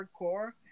hardcore